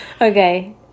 Okay